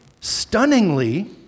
stunningly